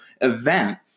event